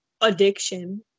addiction